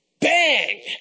bang